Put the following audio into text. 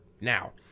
now